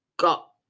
got